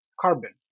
carbon